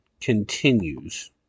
continues